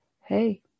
hey